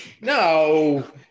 No